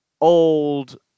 Old